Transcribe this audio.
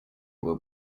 will